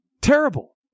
Terrible